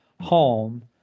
home